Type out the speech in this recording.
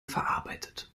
verarbeitet